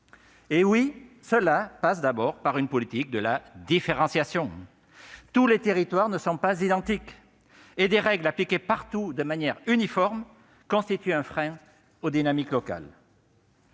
Et cela passe tout d'abord par une politique de la différenciation ! Tous les territoires ne sont pas identiques, et des règles appliquées partout, de façon uniforme, constituent un frein aux dynamiques locales.